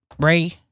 Ray